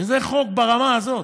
וזה חוק ברמה הזאת.